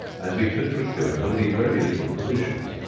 as we could procure only very little provisions.